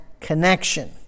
connection